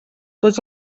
tots